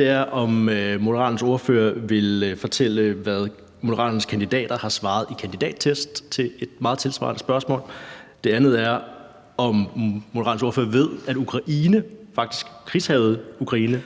er, om Moderaternes ordfører vil fortælle, hvad Moderaternes kandidater har svaret ved en kandidattest om et meget tilsvarende spørgsmål. Det andet er, om Moderaternes ordfører ved, at det krigshærgede Ukraine